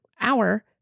hour